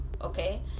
okay